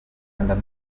under